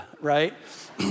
right